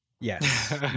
yes